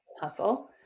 hustle